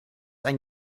ein